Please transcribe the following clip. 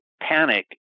panic